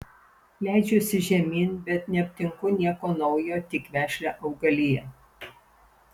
leidžiuosi žemyn bet neaptinku nieko naujo tik vešlią augaliją